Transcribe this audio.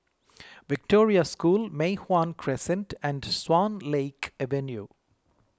Victoria School Mei Hwan Crescent and Swan Lake Avenue